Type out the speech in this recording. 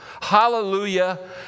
Hallelujah